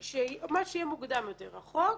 ומה שיהיה מוקדם יותר, החוק